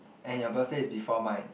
and your birthday is before mine